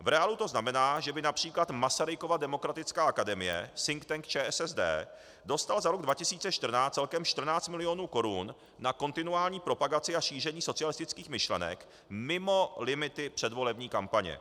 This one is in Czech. V reálu to znamená, že by například Masarykova demokratická akademie, think thank ČSSD, dostala za rok 2014 celkem 14 milionů korun na kontinuální propagaci a šíření socialistických myšlenek mimo limity předvolební kampaně.